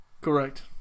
Correct